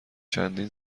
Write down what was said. چندین